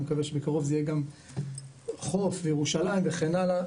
אני מקווה שבקרוב זה יהיה גם חוף וירושלים וכן הלאה,